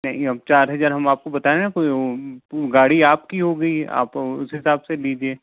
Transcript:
नहीं चार हज़ार हम आपको बताए ना गाड़ी आपकी होगी आप उस हिसाब से दीजिए